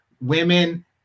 women